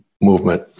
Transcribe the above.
movement